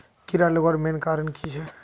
कीड़ा लगवार मेन कारण की छे?